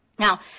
Now